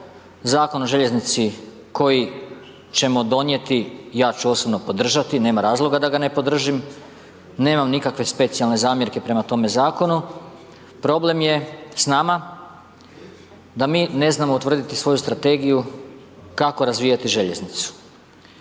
Zakon o željeznici koji ćemo donijeti, ja ču osobno podržati, nema razloga da ga ne podržim, nemam nikakve specijalne zamjerke prema tome zakonu, problem je s nama da bi ne znamo utvrditi svoju strategiju kako razvijati željeznicu